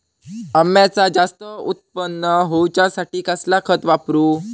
अम्याचा जास्त उत्पन्न होवचासाठी कसला खत वापरू?